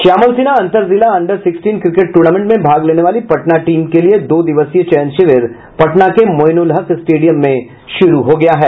श्यामल सिन्हा अंतर जिला under sixteen cricket tournament में भाग लेने वाली पटना टीम के लिये दो दिवसीय चयन शिविर पटना के मोईनुल हक स्टेडियम में शुरू हो गया है